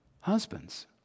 Husbands